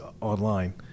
online